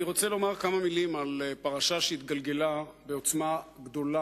אני רוצה לומר כמה מלים על פרשה שהתגלגלה בעוצמה גדולה